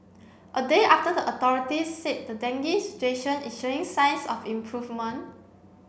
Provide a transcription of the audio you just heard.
a day after the authorities said the dengue situation is showing signs of improvement